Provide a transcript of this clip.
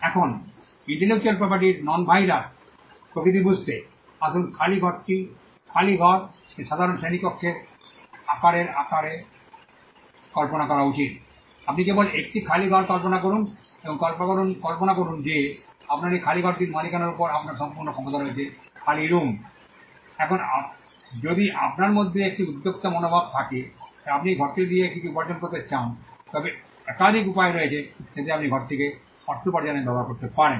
এখন ইন্টেলেকচুয়াল প্রপার্টির non rivalrous প্রকৃতি বুঝতে আসুন খালি ঘরটি খালি ঘর যা সাধারণ শ্রেণিকক্ষের আকারের আকারে কল্পনা করা উচিত আপনি কেবল একটি খালি ঘর কল্পনা করুন এবং কল্পনা করুন যে আপনার এই খালি ঘরটির মালিকানার উপর আপনার সম্পূর্ণ ক্ষমতা রয়েছে খালি রুম এখন যদি আপনার মধ্যে একটি উদ্যোক্তা মনোভাব থাকে এবং আপনি এই ঘরটি দিয়ে কিছু অর্থোপার্জন করতে চান তবে একাধিক উপায় রয়েছে যাতে আপনি এই ঘরটি অর্থোপার্জনে ব্যবহার করতে পারেন